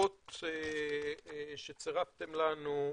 הדוחות שצרפתם לנו,